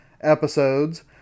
episodes